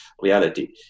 reality